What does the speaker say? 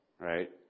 right